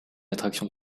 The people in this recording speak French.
attraction